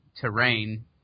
terrain